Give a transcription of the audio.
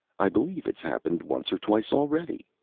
i believe it's happened once or twice already,